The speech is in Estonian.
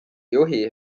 juhi